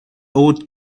ought